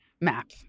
map